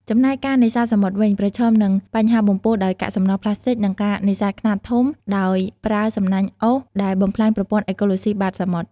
ចំណែកការនេសាទសមុទ្រវិញ ប្រឈមនឹងបញ្ហាបំពុលដោយកាកសំណល់ប្លាស្ទិក និងការនេសាទខ្នាតធំដោយប្រើសំណាញ់អូសដែលបំផ្លាញប្រព័ន្ធអេកូឡូស៊ីបាតសមុទ្រ។